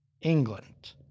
England